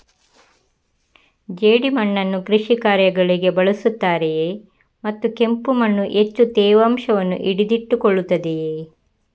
ಜೇಡಿಮಣ್ಣನ್ನು ಕೃಷಿ ಕಾರ್ಯಗಳಿಗೆ ಬಳಸುತ್ತಾರೆಯೇ ಮತ್ತು ಕೆಂಪು ಮಣ್ಣು ಹೆಚ್ಚು ತೇವಾಂಶವನ್ನು ಹಿಡಿದಿಟ್ಟುಕೊಳ್ಳುತ್ತದೆಯೇ?